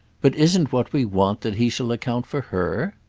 but isn't what we want that he shall account for her?